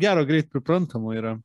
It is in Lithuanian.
gero greit priprantama yra